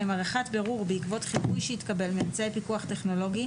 עריכת בירור בעקבות חיווי שהתקבל מאמצעי פיקוח טכנולוגי,